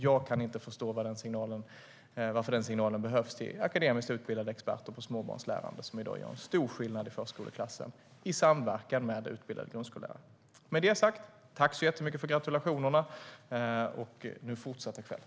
Jag kan inte förstå varför den signalen behövs till akademiskt utbildade experter på små barns lärande, som i dag gör en stor skillnad i förskoleklassen i samverkan med utbildade grundskollärare. Med detta sagt - tack så jättemycket för gratulationerna! Nu fortsätter kvällen.